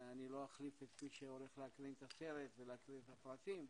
אני לא אחליף את מי שהולך להקרין את הסרט ולהקרין את הפרטים,